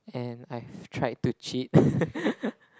and I've tried to cheat